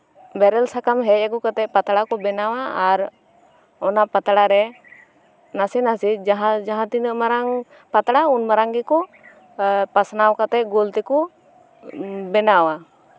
ᱵᱮᱨᱮᱞ ᱥᱟᱠᱟᱢ ᱦᱮᱡ ᱟᱹᱜᱩ ᱠᱟᱛᱮᱜ ᱯᱟᱛᱲᱟ ᱠᱚ ᱵᱮᱱᱟᱣᱟ ᱟᱨ ᱚᱱᱟ ᱯᱟᱛᱲᱟ ᱨᱮ ᱱᱟᱥᱮ ᱱᱟᱥᱮ ᱡᱟᱸᱦᱟᱭ ᱡᱟᱸᱦᱟ ᱛᱤᱱᱟᱹᱜ ᱛᱤᱱᱟᱹᱜ ᱢᱟᱨᱟᱝ ᱯᱟᱛᱲᱟ ᱩᱱᱢᱟᱨᱟᱝ ᱜᱮᱠᱚ ᱯᱟᱥᱱᱟᱣᱟ ᱯᱟᱥᱱᱟᱣ ᱠᱟᱛᱮᱜ ᱜᱳᱞ ᱛᱮᱠᱚ ᱵᱮᱱᱟᱣᱟ